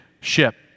ship